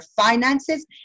finances